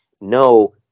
no